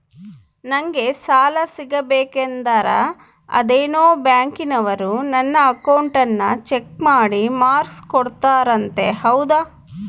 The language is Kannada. ನಂಗೆ ಸಾಲ ಸಿಗಬೇಕಂದರ ಅದೇನೋ ಬ್ಯಾಂಕನವರು ನನ್ನ ಅಕೌಂಟನ್ನ ಚೆಕ್ ಮಾಡಿ ಮಾರ್ಕ್ಸ್ ಕೊಡ್ತಾರಂತೆ ಹೌದಾ?